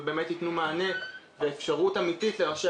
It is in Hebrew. ובאמת ייתנו מענה ואפשרות אמיתית לראשי